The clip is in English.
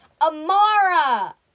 Amara